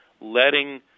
letting